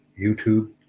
YouTube